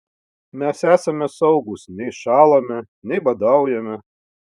mes esame saugūs nei šąlame nei badaujame